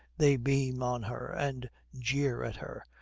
they beam on her and jeer at her,